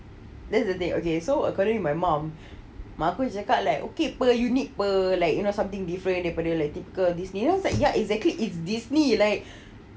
that's the thing okay so according to my mum mak ku cakap like [pe] you need [pe] you know something different daripada like typical Disney ya exactly if Disney like